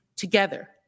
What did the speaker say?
Together